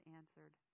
answered